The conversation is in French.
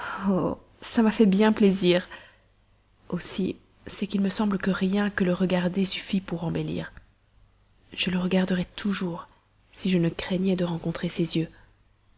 m'a bien fait plaisir aussi c'est qu'il me semble que rien que le regarder suffit pour embellir je le regarderais toujours si je ne craignais de rencontrer ses yeux